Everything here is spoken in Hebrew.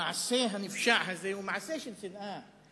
המעשה הנפשע הזה הוא מעשה של שנאה,